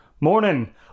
morning